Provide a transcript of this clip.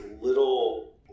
little